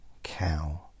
cow